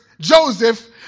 Joseph